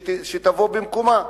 שתבוא במקומן.